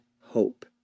hope